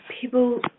people